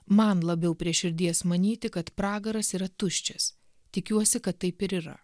man labiau prie širdies manyti kad pragaras yra tuščias tikiuosi kad taip ir yra